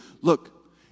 Look